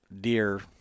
deer